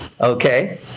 Okay